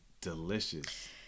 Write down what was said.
delicious